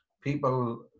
people